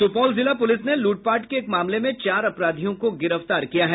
सुपौल जिला पुलिस ने लूटपाट के एक मामले में चार अपराधियों को गिरफ्तार किया है